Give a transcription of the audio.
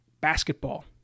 basketball